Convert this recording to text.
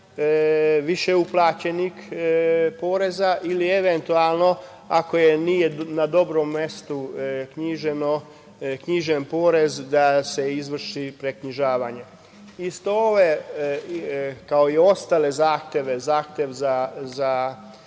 više uplaćenih poreza ili eventualno ako nije na dobrom mestu knjižen pored da se izvrši preknjižavanje. Isto ove, kao i ostale zahteve, zahtev za